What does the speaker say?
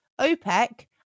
OPEC